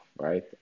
right